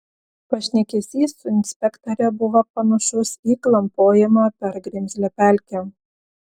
pašnekesys su inspektore buvo panašus į klampojimą per grimzlią pelkę